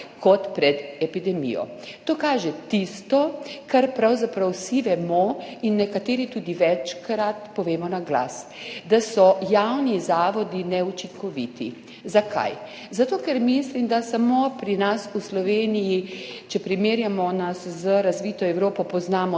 kot pred epidemijo. To kaže tisto, kar pravzaprav vsi vemo in nekateri tudi večkrat povemo na glas – da so javni zavodi neučinkoviti. Zakaj? Zato ker mislim, da samo pri nas v Sloveniji, če nas primerjamo z razvito Evropo, poznamo